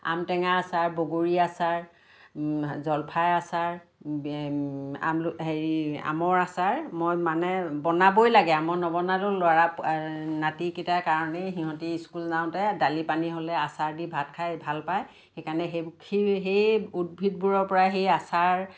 আম টেঙা আচাৰ বগৰী আচাৰ জলফাই আচাৰ হেৰি আমৰ আচাৰ মই মানে বনাবই লাগে মই নবনালেও ল'ৰা নাতিকিটাৰ কাৰণেই সিহঁতি স্কুল যাওঁতে দালি পানী হ'লে আচাৰ দি ভাত খাই ভাল পায় সেইকাৰণে সেই সেই উদ্ভিদবোৰৰপৰা সেই আচাৰ